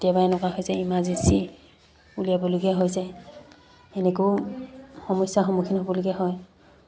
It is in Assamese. কেতিয়াবা এনেকুৱা হৈ যায় ইমাৰ্জেঞ্চি উলিয়াবলগীয়া হৈ যায় সেনেকৈয়ো সমস্যাৰ সন্মুখীন হ'বলগীয়া হয়